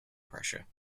pressure